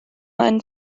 man